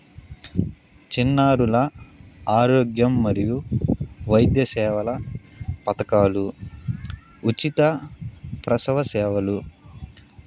చిన్నారుల ఆరోగ్యం మరియు వైద్య సేవల పథకాలు ఉచిత ప్రసవ సేవలు